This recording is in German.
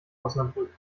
osnabrück